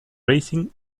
racing